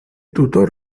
tutor